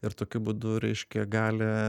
ir tokiu būdu reiškia gali